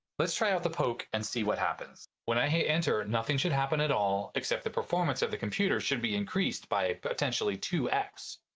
let's try out the poke and see what happens. when i hit enter nothing should happen at all except the performance of the computer should be increased by potentially two x.